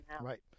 Right